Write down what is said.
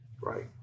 Right